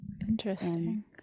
Interesting